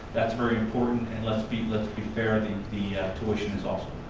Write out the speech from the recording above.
that's very important and, let's be let's be fair, the the tuition is also